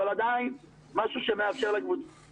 אבל עדיין משהו שמאפשר לקבוצות להתקיים.